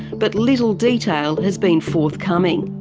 but little detail has been forthcoming.